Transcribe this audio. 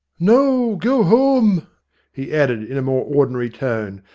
now go home he added, in a more ordinary tone,